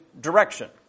direction